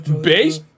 Base